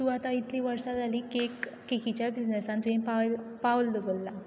तूं आतां कितलीं वर्सां जालीं कॅक कॅकिच्या बिजनेसांत तुवें पावल पावल दवरलां